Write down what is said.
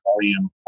volume